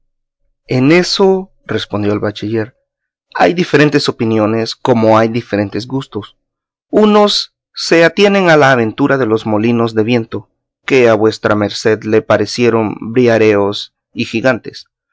en eso respondió el bachiller hay diferentes opiniones como hay diferentes gustos unos se atienen a la aventura de los molinos de viento que a vuestra merced le parecieron briareos y gigantes